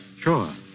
Sure